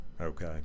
Okay